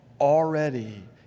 already